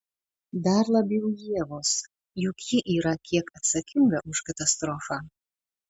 dar labiau ievos juk ji yra kiek atsakinga už katastrofą